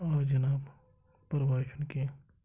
آ جِناب پَرواے چھُنہٕ کیٚنٛہہ